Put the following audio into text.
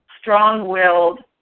strong-willed